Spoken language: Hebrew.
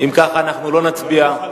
לא.